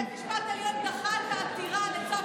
בית המשפט העליון דחה את העתירה לצו